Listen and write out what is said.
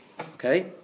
Okay